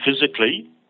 physically